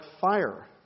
fire